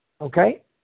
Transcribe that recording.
okay